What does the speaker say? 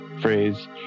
phrase